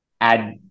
add